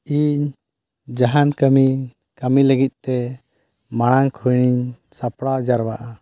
ᱤᱧ ᱡᱟᱦᱟᱱ ᱠᱟᱹᱢᱤ ᱠᱟᱹᱢᱤ ᱞᱟᱹᱜᱤᱫᱛᱮ ᱢᱟᱲᱟᱝ ᱠᱷᱚᱱᱤᱧ ᱥᱟᱯᱲᱟᱣ ᱡᱟᱣᱨᱟᱜᱼᱟ